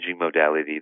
modality